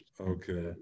Okay